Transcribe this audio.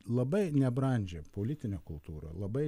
labai nebrandžią politinę kultūrą labai